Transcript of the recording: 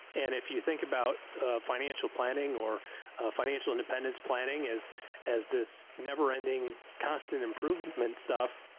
and if you think about financial planning or financial independence planning is as this never-ending constant improvement stuff.